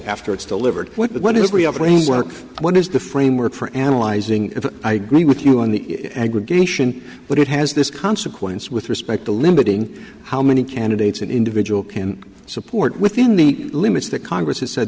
after it's delivered what is real brainwork what is the framework for analyzing it i agree with you on the aggregation but it has this consequence with respect to limiting how many candidates an individual can support within the limits that congress has said